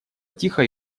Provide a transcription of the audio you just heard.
тихо